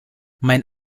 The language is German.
mein